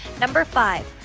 number five,